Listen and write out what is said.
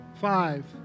five